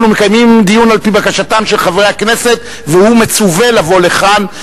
אנחנו מקיימים דיון על-פי בקשתם של חברי הכנסת והוא מצווה לבוא לכאן,